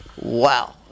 Wow